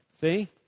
See